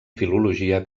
filologia